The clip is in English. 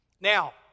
Now